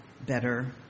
better